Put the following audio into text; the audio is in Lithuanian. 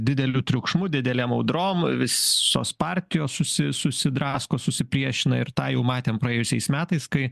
dideliu triukšmu didelėm audrom visos partijos susi susidrasko susipriešina ir tą jau matėm praėjusiais metais kai